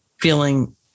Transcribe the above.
feeling